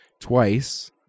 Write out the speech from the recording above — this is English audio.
twice